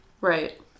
Right